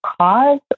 cause